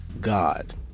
god